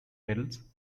medals